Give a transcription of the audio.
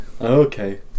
Okay